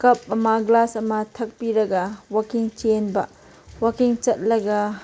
ꯀꯞ ꯑꯃ ꯒ꯭ꯂꯥꯁ ꯑꯃ ꯊꯛꯄꯤꯔꯒ ꯋꯥꯛꯀꯤꯡ ꯆꯦꯟꯕ ꯋꯥꯛꯀꯤꯡ ꯆꯠꯂꯒ